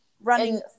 Running